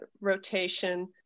rotation